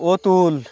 Atul